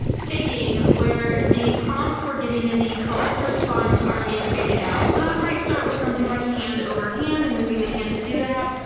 fading, where the prompts for getting the correct response are being faded out. so, that might start with something like hand over hand and moving the hand to do that,